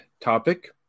topic